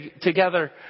together